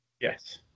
Yes